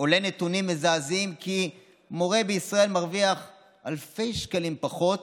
עולים נתונים מזעזעים כי מורה בישראל מרוויח אלפי שקלים פחות